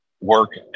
work